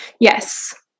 Yes